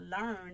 learn